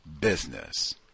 business